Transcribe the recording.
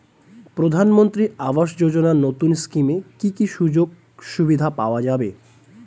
প্রধানমন্ত্রী আবাস যোজনা নতুন স্কিমে কি কি সুযোগ সুবিধা পাওয়া যাবে?